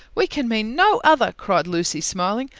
we can mean no other, cried lucy, smiling.